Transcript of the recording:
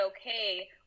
okay